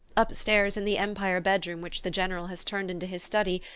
upstairs, in the empire bedroom which the general has turned into his study,